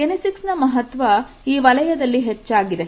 kinesics ನ ಮಹತ್ವ ಈ ವಲಯದಲ್ಲಿ ಹೆಚ್ಚಾಗಿದೆ